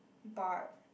bar